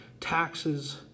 taxes